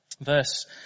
verse